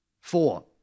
Four